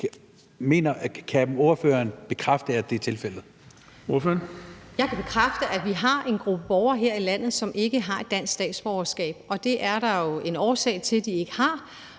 Bonnesen): Ordføreren. Kl. 18:55 Birgitte Bergman (KF): Jeg kan bekræfte, at vi har en gruppe borgere her i landet, som ikke har dansk statsborgerskab, og det er der jo en årsag til de ikke har.